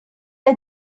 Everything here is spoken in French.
est